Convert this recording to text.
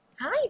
Hi